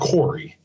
Corey